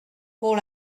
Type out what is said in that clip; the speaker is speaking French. pour